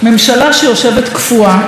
הממשלה יושבת קפואה,